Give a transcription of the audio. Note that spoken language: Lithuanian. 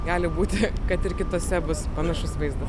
gali būti kad ir kitose bus panašus vaizdas